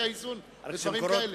שלו, את הבית שלו.